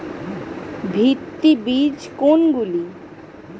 ভিত্তি বীজ কোনগুলি?